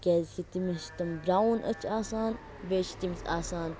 کیازکہِ تِمن چھِ تِم برٛاوُن أچھۍ آسان بیٚیہِ چھٕ تٔمِس آسان